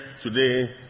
today